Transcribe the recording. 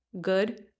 good